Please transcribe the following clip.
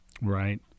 right